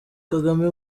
kagame